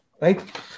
Right